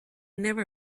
never